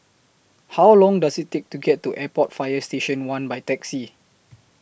How Long Does IT Take to get to Airport Fire Station one By Taxi